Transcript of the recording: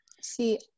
see